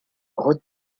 route